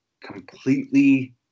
completely